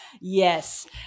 Yes